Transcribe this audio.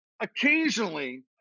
occasionally